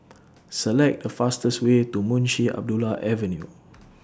Select The fastest Way to Munshi Abdullah Avenue